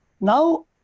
now